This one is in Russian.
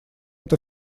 это